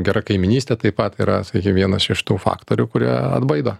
gera kaimynystė taip pat yra sakykim vienas iš tų faktorių kurie atbaido